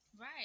Right